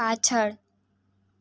પાછળ